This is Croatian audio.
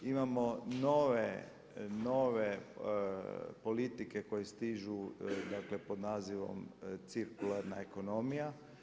Imamo nove politike koje stižu dakle pod nazivom cirkularna ekonomija.